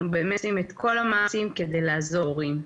אנחנו עושים את כל המאמצים כדי לעזור להורים.